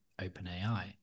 OpenAI